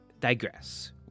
digress